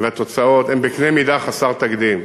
והתוצאות הן בקנה-מידה חסר תקדים.